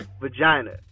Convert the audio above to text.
vagina